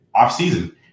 offseason